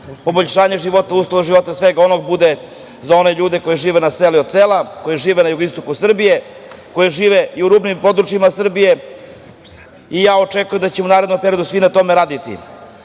poboljšanje života, uslovi života, svega onoga bude za one ljude koji žive na selu i od sela, koji žive na jugoistoku Srbije, koji žive i u rubnim područjima Srbije i ja očekujem da ćemo u narednom periodu svi na tome